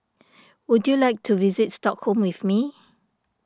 would you like to visit Stockholm with me